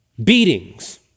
Beatings